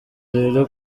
rero